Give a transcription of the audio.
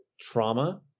trauma